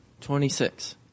Twenty-six